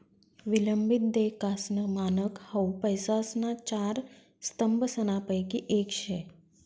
विलंबित देयकासनं मानक हाउ पैसासना चार स्तंभसनापैकी येक शे